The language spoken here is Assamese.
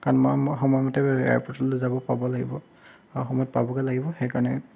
কাৰণ মই মোৰ সময়মতে এয়াৰপৰ্টলৈ যাব পাব লাগিব আৰু সময়ত পাব লাগিব সেইকাৰণে